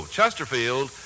Chesterfield